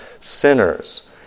sinners